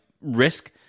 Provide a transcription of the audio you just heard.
risk